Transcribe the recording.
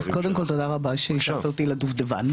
אז קודם כל תודה רבה שהשארת אותי לדובדבן.